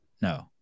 No